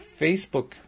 Facebook